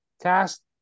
Cast